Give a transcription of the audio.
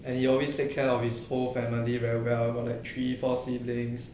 and he always take care of his whole family very well got like three four siblings